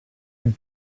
you